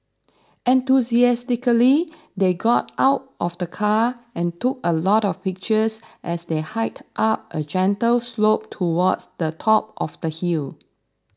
enthusiastically they got out of the car and took a lot of pictures as they hiked up a gentle slope towards the top of the hill